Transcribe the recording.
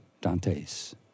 Dante's